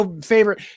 favorite